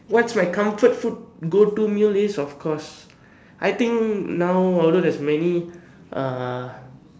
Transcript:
what's my comfort food go to meal is of course I think now although there's many uh